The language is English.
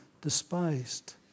despised